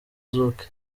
zouk